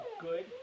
good